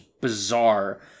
bizarre